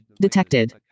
Detected